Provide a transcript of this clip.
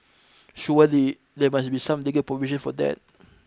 surely there there must be some legal provision for that